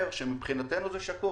מבחינתנו זה שקוף,